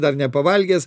dar nepavalgęs